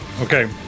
Okay